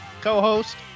co-host